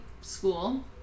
school